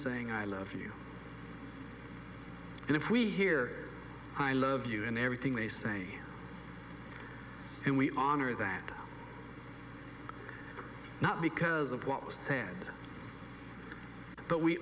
saying i love you and if we hear i love you and everything they say and we honor that not because of what was said but we